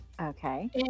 Okay